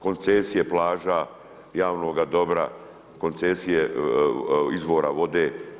Koncesije plaža, javnoga dobra, koncesije izvora vode.